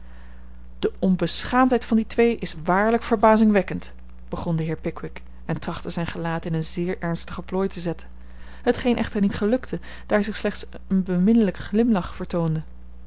de onbeschaamdheid van die twee is waarlijk verbazingwekkend begon de heer pickwick en trachtte zijn gelaat in een zeer ernstige plooi te zetten hetgeen echter niet gelukte daar zich slechts een beminlijken glimlach vertoonde